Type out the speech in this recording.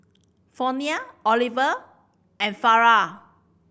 Fronia Oliver and Farrah